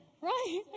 right